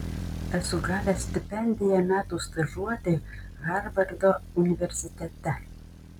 esu gavęs stipendiją metų stažuotei harvardo universitete